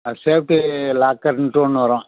அது சேஃப்ட்டி லாக்கர்ன்னுட்டு ஒன்று வரும்